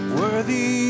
worthy